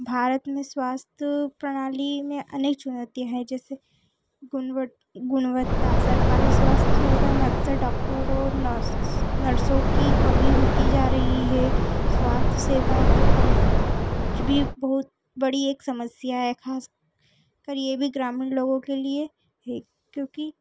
भारत में स्वास्थ्य प्रणाली में अनेक चुनौती है जैसे गुणव गुणवत्ता सरकारी स्वास्थ्य सुविधाएं अक्सर डॉक्टर और नर्स नुर्सों की कमी होती जा रही है स्वास्थ्य सेवा तक पहुंच भी बहुत बड़ी एक समस्या है ख़ास कर यह भी ग्रामीण लोगों के लिए है क्योंकि